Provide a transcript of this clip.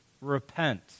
Repent